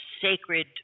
sacred